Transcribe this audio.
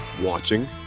watching